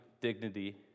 dignity